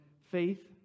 faith